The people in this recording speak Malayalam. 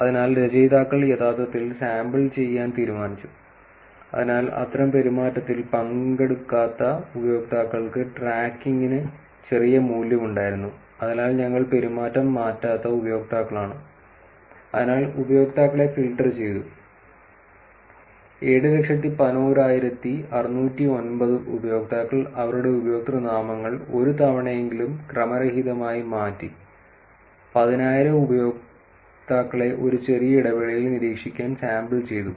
അതിനാൽ രചയിതാക്കൾ യഥാർത്ഥത്തിൽ സാമ്പിൾ ചെയ്യാൻ തീരുമാനിച്ചു അതിനാൽ അത്തരം പെരുമാറ്റത്തിൽ പങ്കെടുക്കാത്ത ഉപയോക്താക്കൾക്ക് ട്രാക്കിംഗിന് ചെറിയ മൂല്യമുണ്ടായിരുന്നു അതിനാൽ ഞങ്ങൾ പെരുമാറ്റം മാറ്റാത്ത ഉപയോക്താക്കളാണ് അതിനാൽ ഉപയോക്താക്കളെ ഫിൽട്ടർ ചെയ്തു 711609 ഉപയോക്താക്കൾ അവരുടെ ഉപയോക്തൃനാമങ്ങൾ ഒരു തവണയെങ്കിലും ക്രമരഹിതമായി മാറ്റി 10000 ഉപയോക്താക്കളെ ഒരു ചെറിയ ഇടവേളയിൽ നിരീക്ഷിക്കാൻ സാമ്പിൾ ചെയ്തു